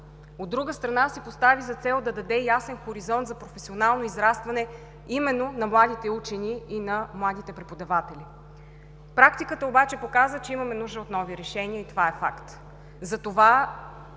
От друга страна, си постави за цел да даде ясен хоризонт за професионално израстване именно на младите учени и на младите преподаватели. Практиката обаче показа, че имаме нужда от нови решения, и това е факт.